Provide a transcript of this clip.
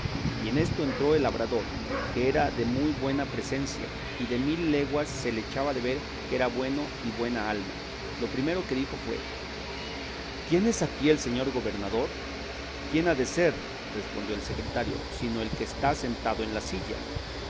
y en esto entró el labrador que era de muy buena presencia y de mil leguas se le echaba de ver que era bueno y buena alma lo primero que dijo fue quién es aquí el señor gobernador quién ha de ser respondió el secretario sino el que está sentado en la silla